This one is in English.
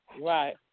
Right